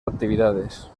actividades